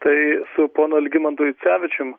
tai su ponu algimantu jucevičium